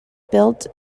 built